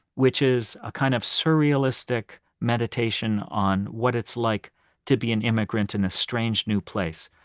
which is a kind of surrealistic meditation on what it's like to be an immigrant in a strange new place.